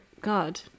God